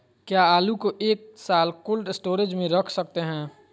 क्या आलू को एक साल कोल्ड स्टोरेज में रख सकते हैं?